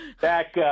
back